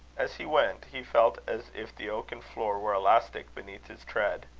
as he went, he felt as if the oaken floor were elastic beneath his tread.